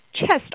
chest